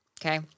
Okay